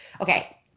Okay